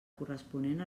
corresponent